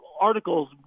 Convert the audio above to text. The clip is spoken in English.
articles